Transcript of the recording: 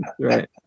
Right